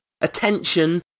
attention